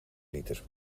liter